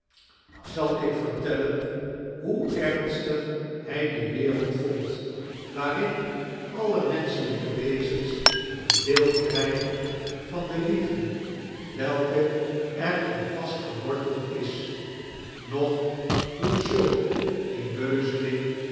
zal ik ventellen hoe ernstig hij due wereld vond waarin alle mensehelijkie wezens een deei krijgen van die liefde welke er in vastgeworteld is noch hoe zulk een beuzeling